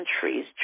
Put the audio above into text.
countries